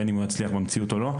בין אם הוא יצליח במציאות או לא,